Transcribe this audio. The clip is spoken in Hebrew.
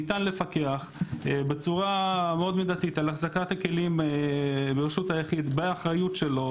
ניתן לפקח בצורה מאוד מידתית על החזקת הכלים ברשות היחיד באחריות שלו,